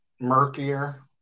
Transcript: murkier